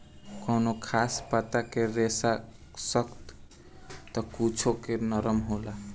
कवनो खास पता के रेसा सख्त त कुछो के नरम होला